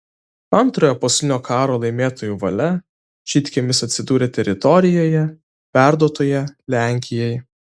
antrojo pasaulinio karo laimėtojų valia žydkiemis atsidūrė teritorijoje perduotoje lenkijai